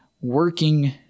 working